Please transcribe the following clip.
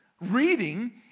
Reading